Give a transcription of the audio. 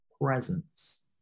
presence